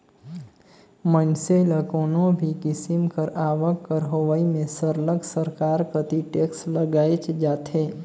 मइनसे ल कोनो भी किसिम कर आवक कर होवई में सरलग सरकार कती टेक्स लगाएच जाथे